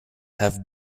have